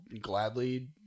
gladly